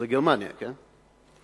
זה גרמניה, כן?